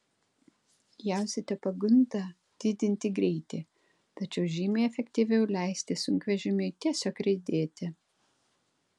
jausite pagundą didinti greitį tačiau žymiai efektyviau leisti sunkvežimiui tiesiog riedėti